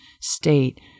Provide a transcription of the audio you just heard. state